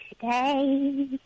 today